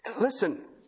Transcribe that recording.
Listen